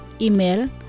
Email